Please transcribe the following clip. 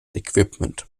equipment